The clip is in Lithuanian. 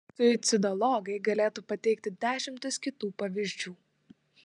suicidologai galėtų pateikti dešimtis kitų pavyzdžių